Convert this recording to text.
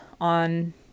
on